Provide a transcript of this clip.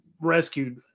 rescued